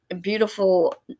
beautiful